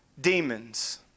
demons